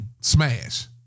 smash